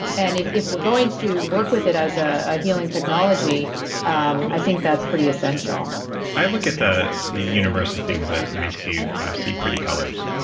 and if if we're going to work with it as a healing technology um i think that's pretty essential i look at the the universe of things that makes you see pretty colors